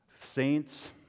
saints